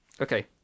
okay